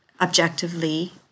objectively